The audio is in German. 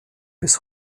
bis